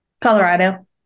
Colorado